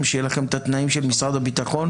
שיהיה לכם את התנאים של משרד הביטחון,